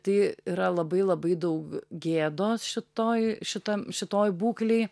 tai yra labai labai daug gėdos šitoj šitam šitoj būklėj